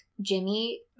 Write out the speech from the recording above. jimmy